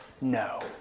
no